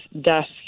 death